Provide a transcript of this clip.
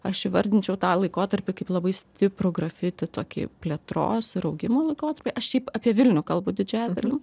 aš įvardinčiau tą laikotarpį kaip labai stiprų grafiti tokį plėtros ir augimo laikotarpį aš šiaip apie vilnių kalbu didžiąją dalim